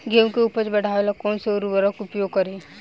गेहूँ के उपज बढ़ावेला कौन सा उर्वरक उपयोग करीं?